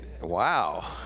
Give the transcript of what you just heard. wow